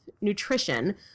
nutrition